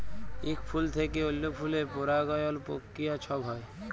ইক ফুল থ্যাইকে অল্য ফুলে পরাগায়ল পক্রিয়া ছব হ্যয়